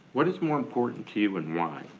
what is more important to you and why?